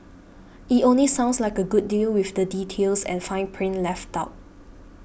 it only sounds like a good deal with the details and fine print left out